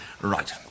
right